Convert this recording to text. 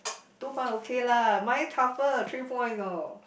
two point okay lah mine tougher three point you know